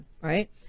right